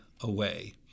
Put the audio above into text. away